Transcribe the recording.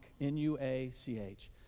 N-U-A-C-H